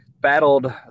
battled